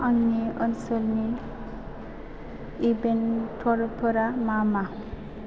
आंनि ओनसोलनि इभेन्टफोरा मा मा